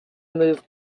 moved